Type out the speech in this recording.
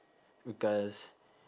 because